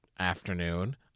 Afternoon